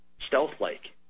stealth-like